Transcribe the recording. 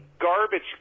garbage